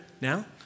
now